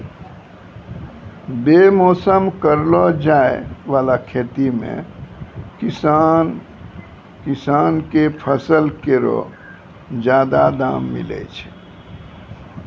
बेमौसम करलो जाय वाला खेती सें किसान किसान क फसल केरो जादा दाम मिलै छै